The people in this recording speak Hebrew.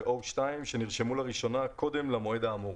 ו-2O שנרשם לראשונה קודם למועד האמור.